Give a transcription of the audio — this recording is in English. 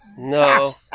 No